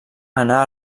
anà